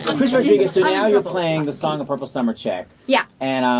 but krysta rodriguez so now you're playing, the song of purple summer chick. yeah. and, um